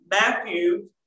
Matthew